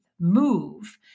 move